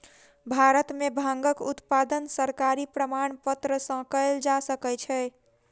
भारत में भांगक उत्पादन सरकारी प्रमाणपत्र सॅ कयल जा सकै छै